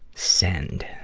send.